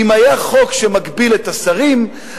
אם היה חוק שמגביל את מספר השרים,